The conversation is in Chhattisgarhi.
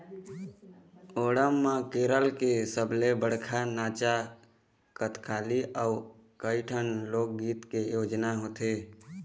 ओणम म केरल के सबले बड़का नाचा कथकली अउ कइठन लोकगीत के आयोजन होथे